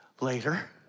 later